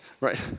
right